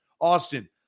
austin